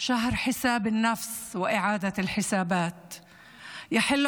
חודש ההתקרבות לאל, חודש חשבון הנפש והחישוב מחדש.